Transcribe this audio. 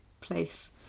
place